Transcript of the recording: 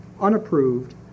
unapproved